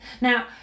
Now